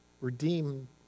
Redeem